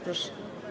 Proszę.